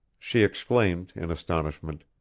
she exclaimed, in astonishment,